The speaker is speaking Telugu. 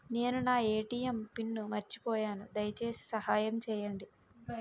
నేను నా ఎ.టి.ఎం పిన్ను మర్చిపోయాను, దయచేసి సహాయం చేయండి